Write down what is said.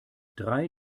drei